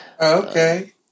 Okay